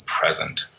present